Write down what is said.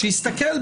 זה החלק,